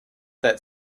that